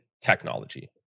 technology